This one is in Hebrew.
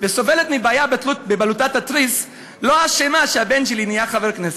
וסובלת מבעיה בבלוטת התריס לא אשמה שהבן שלי נהיה חבר כנסת.